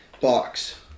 box